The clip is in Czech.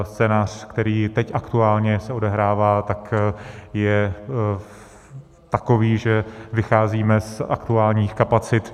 Scénář, který teď aktuálně se odehrává, je takový, že vycházíme z aktuálních kapacit.